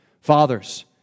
Fathers